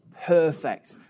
perfect